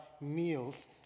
meals